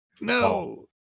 No